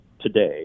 today